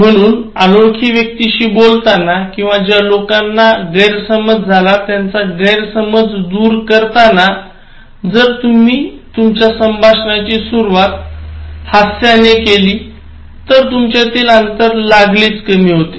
म्हणून अनोळखी व्यक्तीशी बोलताना किंवा ज्या लोकांना गैरसमज झाला त्याचा गैरसमज दूर करताना जर तुम्ही तुमच्या संभाषणाची सुरवात स्मित ने केली तर तुमच्यातील अंतर लागलीच कमी होते